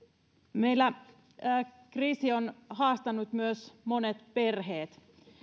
meillä kriisi on haastanut myös monet perheet